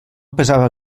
pesava